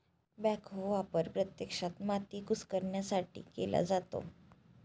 backhoe वापर प्रत्यक्षात माती कुस्करण्यासाठी केला जातो